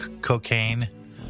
cocaine